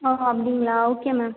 ஓ அப்படிங்களா okay ma'am